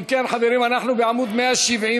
אם כן, חברים, אנחנו בעמוד 175,